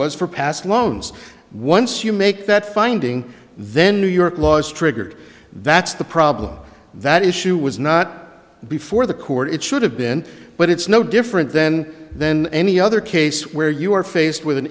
was for past loans once you make that finding then new york law is triggered that's the problem that issue was not before the court it should have been but it's no different then than any other case where you are faced with an